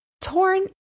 Torn